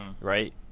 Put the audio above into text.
right